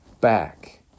back